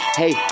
hey